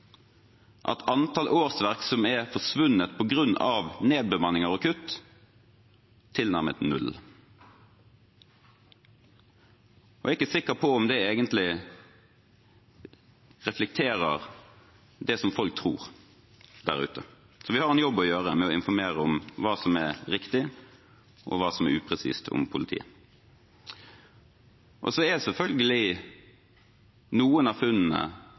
at antall årsverk som har forsvunnet på grunn av nedbemanninger og kutt, er tilnærmet null. Jeg er ikke sikker på om det egentlig reflekterer det folk tror der ute, så vi har en jobb å gjøre med å informere om hva som er riktig, og hva som er upresist om politiet. Så er selvfølgelig noen av funnene